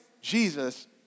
Jesus